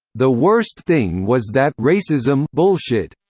the worst thing was that racism bullshit.